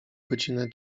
godzinę